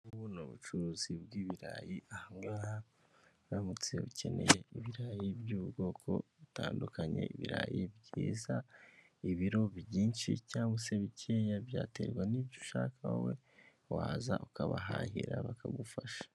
Ubu ni ubucuruzi bw'ibirayi, aha ngaha uramutse ukeneye ibirayi by'ubwoko butandukanye ibirayi byiza, ibiro byinshi cyangwa se bikeya byaterwa n'ibyo ushaka wowe, waza ukabahahira bakagufasha.